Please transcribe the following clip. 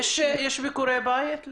יש ביקורי בית?